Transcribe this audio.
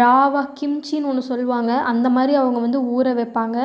ராவாக கிம்ச்சினு ஒன்று சொல்வாங்க அந்த மாதிரி அவங்க வந்து ஊற வைப்பாங்க